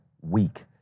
week